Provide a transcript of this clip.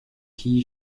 qui